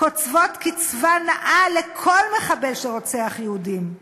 קוצבים קצבה נאה לכל מחבל שרוצח יהודים,